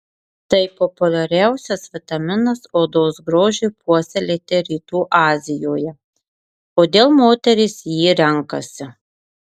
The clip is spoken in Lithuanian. tai populiariausias vitaminas odos grožiui puoselėti rytų azijoje kodėl moterys jį renkasi